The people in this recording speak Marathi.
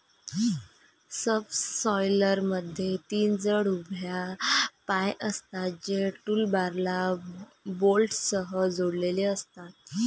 सबसॉयलरमध्ये तीन जड उभ्या पाय असतात, जे टूलबारला बोल्टसह जोडलेले असतात